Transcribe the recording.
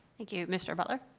thank you. mr. butler?